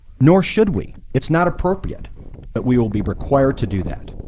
nor should we. it's not appropriate that we will be required to do that.